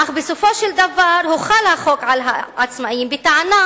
אך בסופו של דבר הוחל החוק על העצמאים בטענה